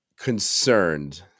concerned